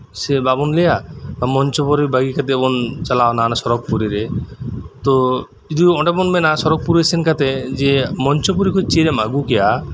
ᱥᱮ ᱵᱟᱵᱩᱱ ᱞᱟᱹᱭᱟ ᱢᱚᱧᱪᱚᱯᱩᱨᱤ ᱵᱟᱹᱜᱤ ᱠᱟᱛᱮᱜᱵᱩᱱ ᱪᱟᱞᱟᱣᱮᱱᱟ ᱥᱚᱨᱚᱜ ᱯᱩᱨᱤᱨᱮ ᱛᱚ ᱡᱚᱫᱤ ᱚᱸᱰᱮᱵᱩᱱ ᱢᱮᱱᱟ ᱥᱚᱨᱚᱜᱯᱩᱨᱤ ᱥᱮᱱᱛᱟᱠᱛᱮᱜ ᱡᱮ ᱢᱚᱧᱪᱚ ᱯᱩᱨᱤ ᱠᱷᱚᱡ ᱪᱮᱫ ᱮᱢ ᱟᱹᱜᱩᱠᱮᱭᱟ